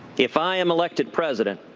if i am elected president,